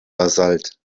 basalt